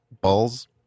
balls